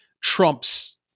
trumps